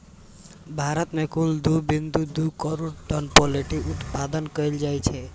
भारत मे कुल दू बिंदु दू करोड़ टन पोल्ट्री उत्पादन होइ छै